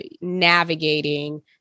navigating